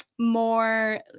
more